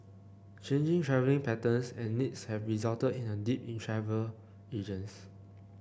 changing travelling patterns and needs have resulted in a dip in travel agents